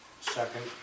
Second